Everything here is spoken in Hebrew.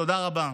תודה רבה.